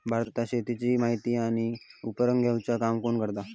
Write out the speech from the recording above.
भारतात शेतीची माहिती आणि उपक्रम घेवचा काम कोण करता?